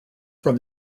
from